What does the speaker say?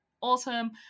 Awesome